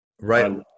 Right